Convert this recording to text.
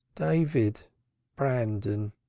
david brandon.